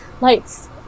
lights